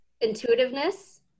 intuitiveness